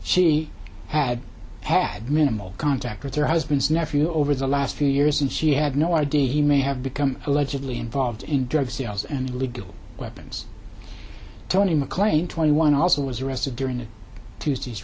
she had had minimal contact with her husband's nephew over the last few years and she had no idea he may have become allegedly involved in drug sales and legal weapons tony mclean twenty one also was arrested during the t